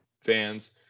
fans